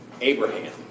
Abraham